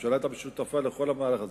הממשלה היתה שותפה לכל המהלך הזה,